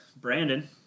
Brandon